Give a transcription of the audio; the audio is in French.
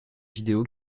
vidéos